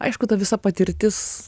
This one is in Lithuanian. aišku ta visa patirtis